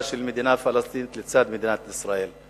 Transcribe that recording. של מדינה פלסטינית לצד מדינת ישראל.